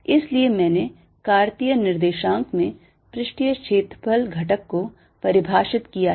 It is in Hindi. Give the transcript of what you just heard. इसलिए मैंने कार्तीय निर्देशांक में पृष्ठीय क्षेत्रफल घटक को परिभाषित किया है